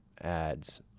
ads